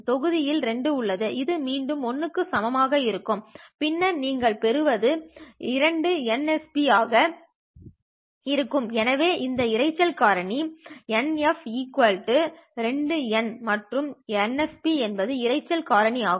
தொகுதியில் 2 உள்ளது இது மீண்டும் 1 க்கு சமமாக இருக்கும் பின்னர் நீங்கள் பெறுவது 2nsp ஆகும் எனவே இந்த இரைச்சல் காரணி NF 2nsp மற்றும் nsp என்பது இரைச்சல் காரணி ஆகும்